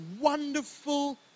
wonderful